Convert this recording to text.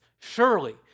Surely